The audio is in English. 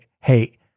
hey